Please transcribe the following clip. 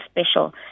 special